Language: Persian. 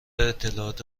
اطلاعات